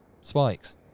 spikes